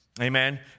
Amen